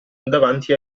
davanti